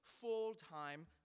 full-time